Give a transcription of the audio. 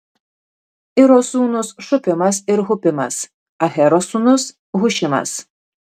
iro sūnūs šupimas ir hupimas ahero sūnus hušimas